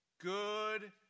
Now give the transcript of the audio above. good